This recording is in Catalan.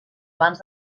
abans